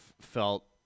felt